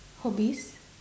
hobbies